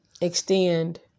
Extend